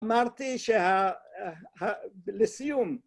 אמרתי שה... לסיום.